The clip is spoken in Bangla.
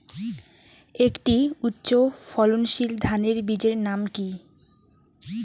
একটি উচ্চ ফলনশীল ধানের বীজের নাম কী?